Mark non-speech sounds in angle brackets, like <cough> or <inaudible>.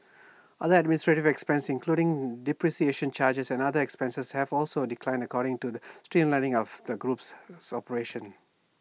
other administrative expenses including depreciation charges and other expenses have also declined accordingly to the streamlining of the group's <unintelligible>